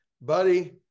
buddy